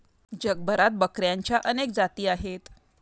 जगभरात बकऱ्यांच्या अनेक जाती आहेत